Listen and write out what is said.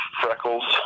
freckles